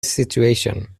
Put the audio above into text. situation